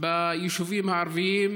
ביישובים הערביים.